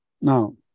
Now